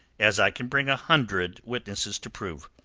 as i can bring a hundred witnesses to prove.